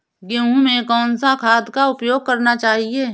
गेहूँ में कौन सा खाद का उपयोग करना चाहिए?